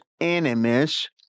enemies